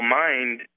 mind